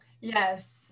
Yes